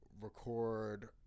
record